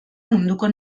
munduko